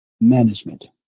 management